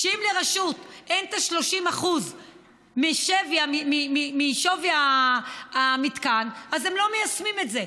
שאם לרשות אין 30% משווי המתקן אז הם לא מיישמים את זה,